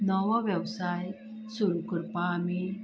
नवो वेवसाय सुरू करपाक आमी